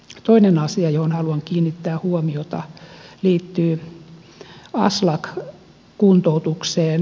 toinen asia johon haluan kiinnittää huomiota liittyy aslak kuntoutukseen